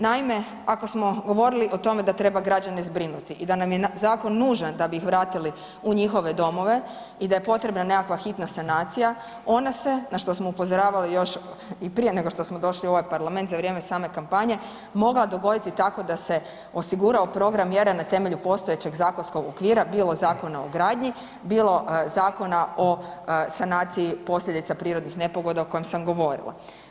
Naime, ako smo govorili o tome da treba građane zbrinuti i da nam je zakon nužan da bi ih vratili u njihove domove i da je potrebna nekakva hitna sanacija, ona se na što smo upozoravali još i prije nego što smo došli u ovaj parlament za vrijeme same kampanje, mogla dogoditi tako da se osigurao program mjere na temelju postojećeg zakonskog okvira bilo Zakona o gradnji, bilo Zakona o sanaciji posljedica prirodnih nepogoda o kojem sam govorila.